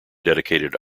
dedicated